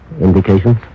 indications